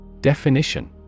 Definition